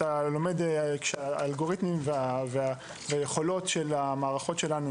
כשהאלגוריתם והיכולות של המערכות שלנו